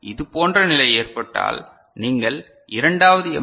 எனவே இதுபோன்ற நிலை ஏற்பட்டால் நீங்கள் இரண்டாவது எம்